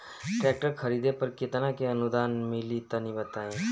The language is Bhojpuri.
ट्रैक्टर खरीदे पर कितना के अनुदान मिली तनि बताई?